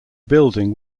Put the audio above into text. building